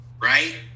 right